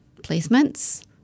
placements